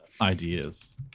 ideas